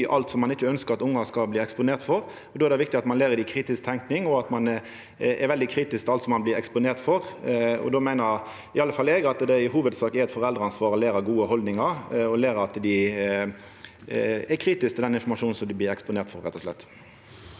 alt ein ikkje ønskjer at ungane skal bli eksponerte for. Då er det viktig at ein lærer dei kritisk tenking, og at ein er veldig kritisk til alt ein blir eksponert for. Då meiner i alle fall eg at det i hovudsak er eit foreldreansvar å læra dei gode haldningar og læra dei å vera kritiske til den informasjonen som dei blir eksponerte for, rett og slett.